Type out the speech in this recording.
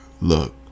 look